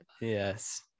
Yes